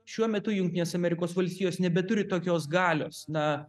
šiuo metu jungtinės amerikos valstijos nebeturi tokios galios na